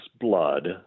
blood